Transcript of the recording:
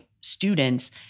students